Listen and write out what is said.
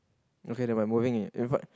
okay then I moving in in front